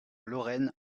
lorraine